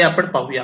ते आपण पाहूया